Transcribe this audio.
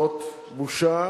זאת בושה